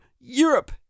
Europe